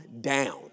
down